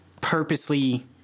purposely